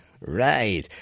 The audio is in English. right